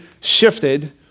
shifted